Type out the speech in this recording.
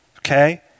Okay